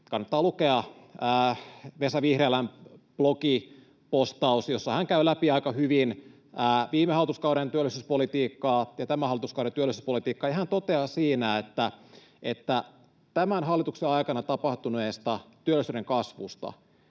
kannattaa lukea Vesa Vihriälän blogipostaus, jossa hän käy läpi aika hyvin viime hallituskauden työllisyyspolitiikkaa ja tämän hallituskauden työllisyyspolitiikkaa. Hän toteaa siinä, että tämän hallituksen aikana tapahtuneessa työllisyyden kasvussa